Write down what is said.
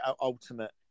ultimate